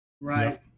right